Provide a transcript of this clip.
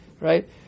right